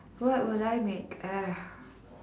what will I make uh